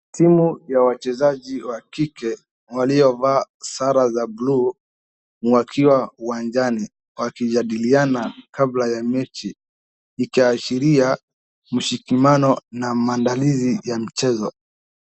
Timu ya wachezaji wa kike waliovaa sare za blue wakiwa uwanjani, wakijadiliana kabla ya mechi. Ikiashiria mshikamano na maandalizi ya michezo.